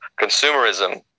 consumerism